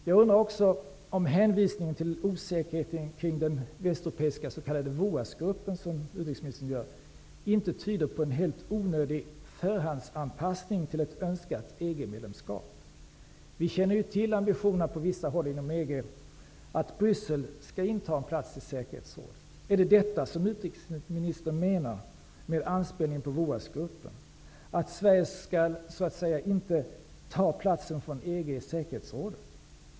Jag undrar också om inte hänvisningen till osäkerheten kring den västeuropeiska s.k. VOAS gruppen tyder på en helt onödig förhandsanpassning till ett önskat EG medlemskap. Vi känner ju till ambitionerna på vissa håll inom EG att Bryssel skall inta en plats i säkerhetsrådet. Är det detta som utrikesministern menar med hennes anspelning på VOAS-gruppen, dvs. att Sverige inte skall ta platsen från EG i säkerhetsrådet?